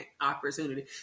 opportunity